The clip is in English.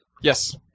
Yes